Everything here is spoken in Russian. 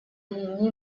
линии